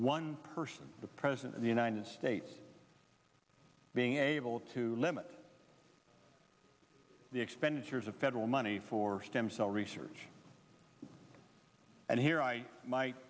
one person the president of the united states being able to limit the expenditures of federal money for stem cell research and here i might